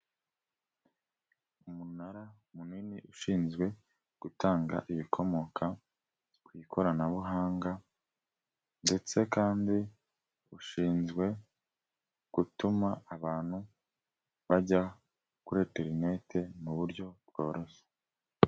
Umunara munini ushinzwe gutanga ibikomoka ku ikoranabuhanga ndetse kandi ushinzwe gutuma abantu bajya kuri interinete mu buryo bworoshye.